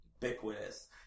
ubiquitous